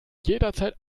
jederzeit